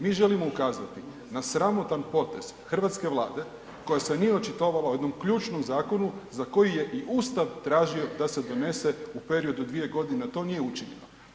Mi želimo ukazati na sramotan potez hrvatske Vlade koja se nije očitovala o jednom ključnom zakonu za koji je i Ustav tražio da se donese u periodu dvije godine, a to nije učinjeno.